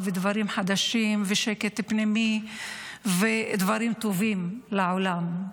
ודברים חדשים ושקט פנימי ודברים טובים לעולם.